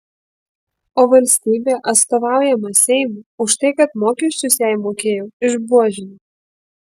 o valstybė atstovaujama seimo už tai kad mokesčius jai mokėjau išbuožino